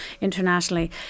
internationally